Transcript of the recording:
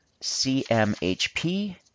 cmhp